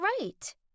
right